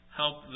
help